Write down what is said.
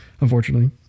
unfortunately